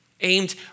aimed